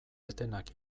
etenak